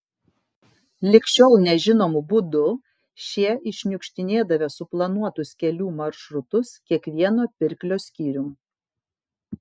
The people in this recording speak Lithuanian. lig šiol nežinomu būdu šie iššniukštinėdavę suplanuotus kelių maršrutus kiekvieno pirklio skyrium